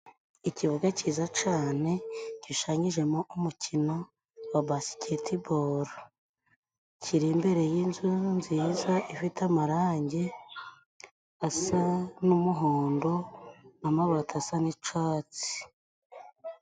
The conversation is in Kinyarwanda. Ikibuga cyiza cane gishushanyijemo umukino wa basketiboro, kiri imbere y'inzu nziza ifite amarange asa n'umuhondo n'amabati asa n'icatsi.